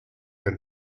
than